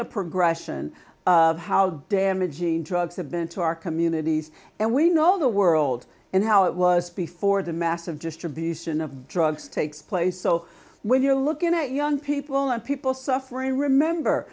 the progression of how damaging drugs have been to our communities and we know the world and how it was before the massive distribution of drugs takes place so when you're looking at young people and people suffering remember